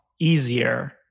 easier